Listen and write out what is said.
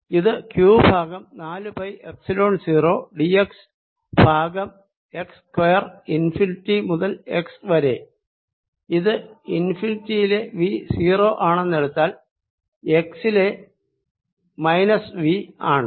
ഇത് q by നാലു pi epsilon 0 d x by x square infinity മുതൽ x വരെ ഇത് ഇൻഫിനിറ്റിയിലെ V 0 ആണെന്ന് എടുത്താൽ എക്സിലെ V ആണ്